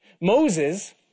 Moses